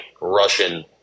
Russian